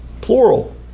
plural